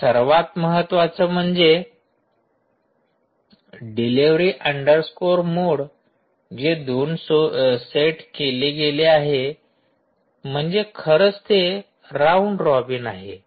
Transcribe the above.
आणि सर्वात महत्त्वाचे म्हणजे डिलिव्हरी अंडरस्कोर मोड जे दोन सेट केले गेले आहे म्हणजे खरंच ते राऊंड रॉबिन आहे